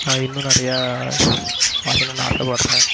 நான் இன்னும் நிறையா வரையணும்னு ஆசைபட்றேன்